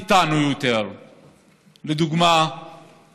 לכן, אני מאוד גאה לעמוד